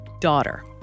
daughter